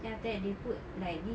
then after that they put like this